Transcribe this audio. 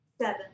Seven